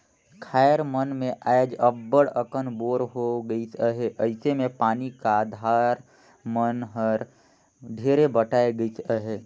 खाएर मन मे आएज अब्बड़ अकन बोर होए गइस अहे अइसे मे पानी का धार मन हर ढेरे बटाए गइस अहे